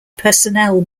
personnel